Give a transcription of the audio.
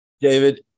David